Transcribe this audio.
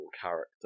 character